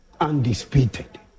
Undisputed